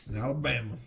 alabama